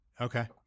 Okay